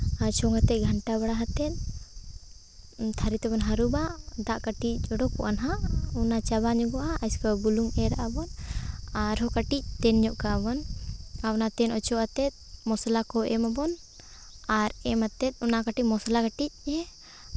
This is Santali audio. ᱟᱨ ᱪᱷᱚᱝ ᱠᱟᱛᱮ ᱜᱷᱟᱱᱴᱟ ᱵᱟᱲᱟ ᱠᱟᱛᱮ ᱛᱷᱟᱹᱨᱤ ᱛᱮᱵᱚᱱ ᱦᱟᱹᱨᱩᱵᱟ ᱫᱟᱜ ᱠᱟᱹᱴᱤᱡ ᱚᱰᱳᱠᱚᱜᱼᱟ ᱱᱟᱦᱟᱜ ᱚᱱᱟ ᱪᱟᱵᱟ ᱧᱚᱜᱚᱜᱼᱟ ᱩᱥᱠᱮᱵᱟᱫ ᱵᱩᱞᱩᱝ ᱮᱨᱻ ᱟᱵᱚᱱ ᱟᱨ ᱦᱚᱸ ᱠᱟᱹᱴᱤᱡ ᱛᱮᱱ ᱧᱚᱜ ᱠᱟᱜᱟ ᱵᱚᱱ ᱟᱨ ᱚᱱᱟ ᱛᱮᱱ ᱚᱪᱚᱜ ᱟᱛᱮ ᱢᱚᱥᱞᱟ ᱠᱚ ᱮᱢ ᱟᱵᱚᱱ ᱟᱨ ᱮᱢ ᱟᱛᱮ ᱚᱱᱟ ᱠᱟᱹᱴᱤᱡ ᱢᱚᱥᱞᱟ ᱠᱟᱹᱴᱤᱡ